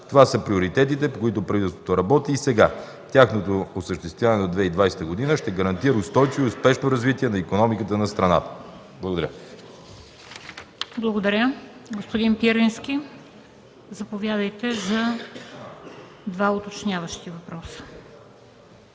Това са приоритетите, по които правителството работи и сега. Тяхното осъществяване до 2020 г. ще гарантира устойчиво и успешно развитие на икономиката на страната. Благодаря. ПРЕДСЕДАТЕЛ МЕНДА СТОЯНОВА: Благодаря. Господин Пирински, заповядайте за до два уточняващи въпроса.